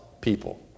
people